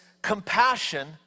compassion